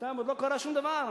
בינתיים עוד לא קרה שום דבר,